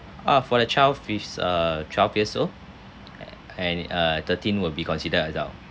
uh for the child fees err twelve years old and uh thirteen will be consider adult